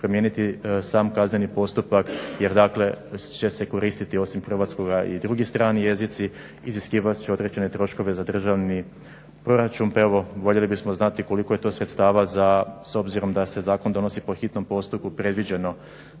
promijeniti sam kazneni postupak jer dakle će se koristiti osim hrvatskoga i drugi strani jezici, iziskivat će određene troškove za državni proračun pa evo voljeli bismo znati koliko je to sredstava za s obzirom da se zakon donosi po hitnom postupku predviđeno